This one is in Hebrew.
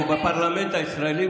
הוא בפרלמנט הישראלי,